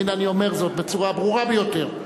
הנה, אני אומר זאת בצורה ברורה ביותר.